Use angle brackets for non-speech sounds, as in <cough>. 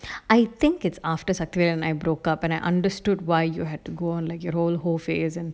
<breath> I think it's after saktil and I broke up and I understood why you had to go on like your whole whole phase and